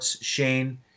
Shane